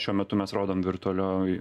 šiuo metu mes rodom virtualioj